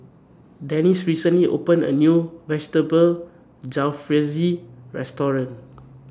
Dessie recently opened A New Vegetable Jalfrezi Restaurant